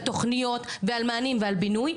על תוכנית ועל מענים ועל בינוי,